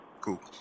Cool